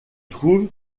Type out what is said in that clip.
trouve